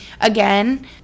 again